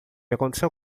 aconteceu